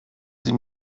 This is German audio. sie